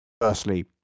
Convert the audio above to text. firstly